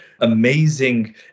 amazing